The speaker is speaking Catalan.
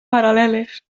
paral·leles